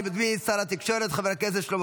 אני מזמין את שר התקשורת חבר הכנסת שלמה